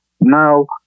Now